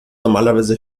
normalerweise